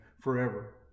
forever